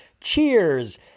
Cheers